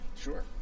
sure